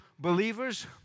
Believers